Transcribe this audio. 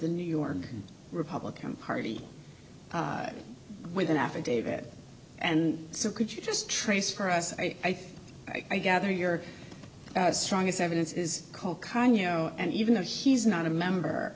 the new york republican party with an affidavit and so could you just trace for us i think i gather your strongest evidence is called kind you know and even though he's not a member